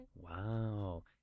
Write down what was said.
Wow